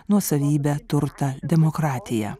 nuosavybę turtą demokratiją